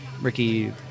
ricky